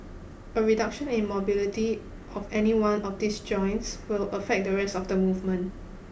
a reduction in mobility of any one of these joints will affect the rest of the movement